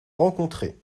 rencontrées